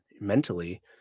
mentally